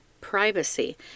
privacy